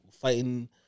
Fighting